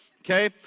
okay